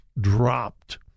dropped